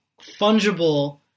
fungible